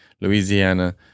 louisiana